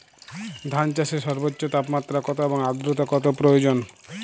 ধান চাষে সর্বোচ্চ তাপমাত্রা কত এবং আর্দ্রতা কত প্রয়োজন?